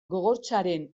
gogortzaren